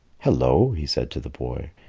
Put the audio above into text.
hello, he said to the boy,